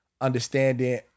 understanding